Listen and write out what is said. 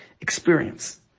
experience